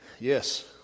Yes